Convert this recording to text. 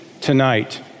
tonight